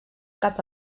cap